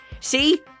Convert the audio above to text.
see